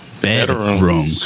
bedroom